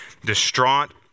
distraught